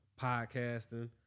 podcasting